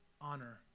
honor